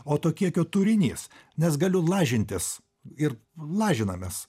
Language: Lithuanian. o to kiekio turinys nes galiu lažintis ir lažinamės